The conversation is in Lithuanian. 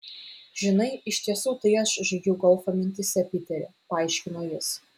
žinai iš tiesų tai aš žaidžiau golfą mintyse piteri paaiškino jis